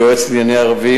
יועץ לענייני ערבים,